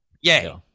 Yay